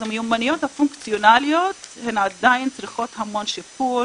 אז המיומנויות הפונקציונליות צריכות הרבה שיפור